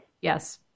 Yes